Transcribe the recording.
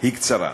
היא קצרה.